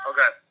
Okay